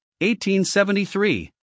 1873